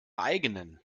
eigenen